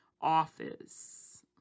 office